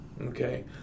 Okay